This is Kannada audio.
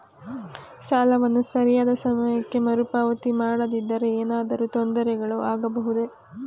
ಸಾಲವನ್ನು ಸರಿಯಾದ ಸಮಯಕ್ಕೆ ಮರುಪಾವತಿ ಮಾಡದಿದ್ದರೆ ಏನಾದರೂ ತೊಂದರೆಗಳು ಆಗಬಹುದೇ?